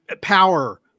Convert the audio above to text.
power